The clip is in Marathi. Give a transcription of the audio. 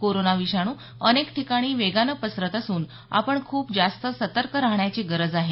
कोरोना विषाणू अनेक ठिकाणी वेगानं पसरत असून आपण खूप जास्त सतर्क राहण्याची गरज आहे